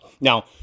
Now